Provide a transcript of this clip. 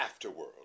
afterworld